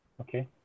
Okay